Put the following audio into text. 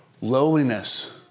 lowliness